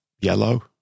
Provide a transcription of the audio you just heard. Yellow